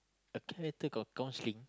a character got counselling